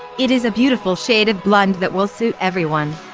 it is a beautiful shade of blonde that will suit everyone.